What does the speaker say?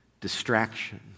distraction